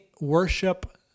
worship